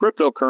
cryptocurrency